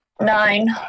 Nine